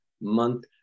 month